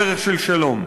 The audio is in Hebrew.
דרך של שלום.